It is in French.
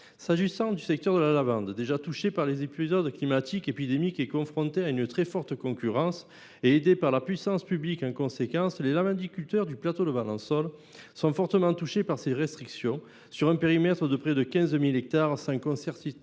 Dans le secteur de la lavande, déjà touché par des épisodes climatiques et épidémiques, confronté à une très forte concurrence et aidé par la puissance publique en conséquence, les lavandiculteurs du plateau de Valensole sont fortement touchés par ces restrictions, sur un périmètre de près de 15 000 hectares, sans qu’aucune